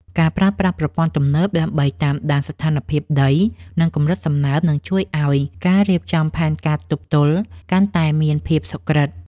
ការប្រើប្រាស់ប្រព័ន្ធទំនើបដើម្បីតាមដានស្ថានភាពដី និងកម្រិតសំណើមនឹងជួយឱ្យការរៀបចំផែនការទប់ទល់កាន់តែមានភាពសុក្រិត។